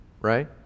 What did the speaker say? Right